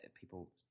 people